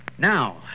Now